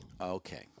Okay